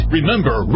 Remember